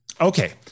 Okay